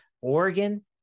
Oregon